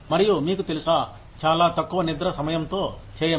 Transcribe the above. మరియు మీకు తెలుసా చాలా తక్కువ నిద్ర సమయంతో చేయండి